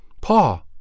paw